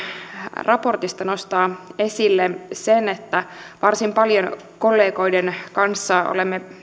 raportista nostaa esille sen että varsin paljon kollegoiden kanssa olemme